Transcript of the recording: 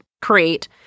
create